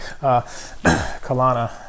Kalana